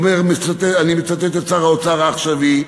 אני מצטט את שר האוצר העכשווי,